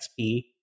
XP